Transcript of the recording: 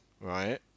right